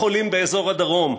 החולים באזור הדרום,